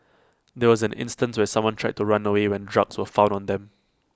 there was an instance where someone tried to run away when drugs were found on them